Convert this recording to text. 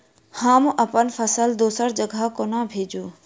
हम अप्पन फसल दोसर जगह कोना भेजू?